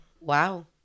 wow